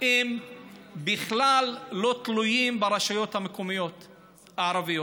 הם בכלל לא תלויים ברשויות המקומיות הערביות.